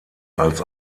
als